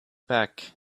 back